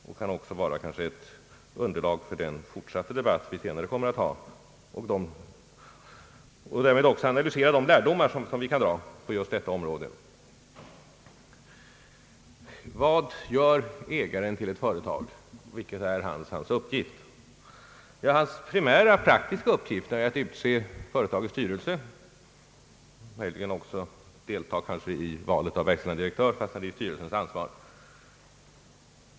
Det kan också tjäna som underlag för den fortsatta debatten och medverka till att analysera de erfarenheter vi gjort på detta område. Vilken uppgift har ägaren till ett företag? Hans primära praktiska uppgift är att utse företagets styrelse, möjligen också delta i valet av verkställande direktör, fast det är styrelsens ansvar.